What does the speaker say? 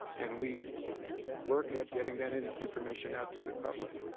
and we work at getting that and and information out to the public,